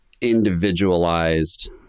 individualized